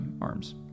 arms